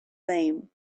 lame